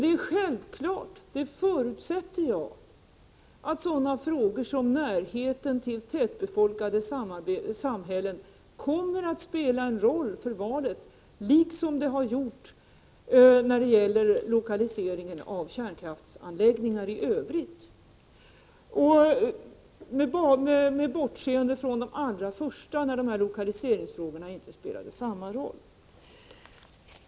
Det är självklart, det förutsätter jag, att sådana frågor som närheten till tätbefolkade samhällen kommer att spela en roll för valet, liksom det har gjort när det gäller lokalisering av kärnkraftsanläggningar i övrigt; med bortseende från de allra första då lokaliseringsfrågorna inte spelade samma roll.